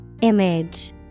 Image